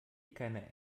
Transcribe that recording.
keine